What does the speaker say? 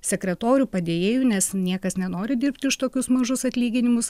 sekretorių padėjėjų nes niekas nenori dirbti už tokius mažus atlyginimus